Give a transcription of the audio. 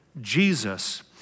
Jesus